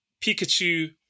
Pikachu